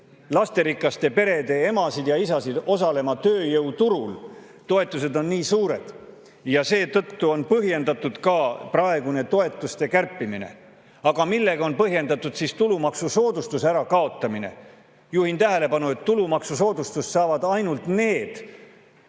lasterikaste perede emasid ja isasid osalema tööjõuturul. Toetused on nii suured ja seetõttu on põhjendatud ka praegune toetuste kärpimine. Aga millega on põhjendatud siis tulumaksusoodustuse ärakaotamine? Juhin tähelepanu, et tulumaksusoodustust saavad ainult need